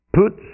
put